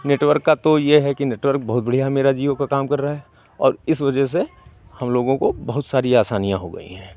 network का तो ये है कि नेटवर्क बहुत बढ़िया मेरा जिओ का काम कर रहा है और इस वजह से हम लोगों को बहुत सारी आसानियाँ हो गई हैं